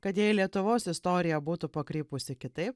kad jei lietuvos istorija būtų pakrypusi kitaip